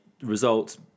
results